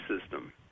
system